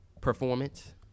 performance